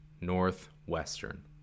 Northwestern